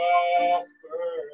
offer